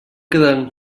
queden